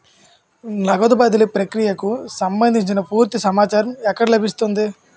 నగదు బదిలీ ప్రక్రియకు సంభందించి పూర్తి సమాచారం ఎక్కడ లభిస్తుంది?